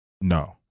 no